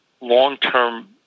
long-term